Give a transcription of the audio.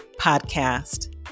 Podcast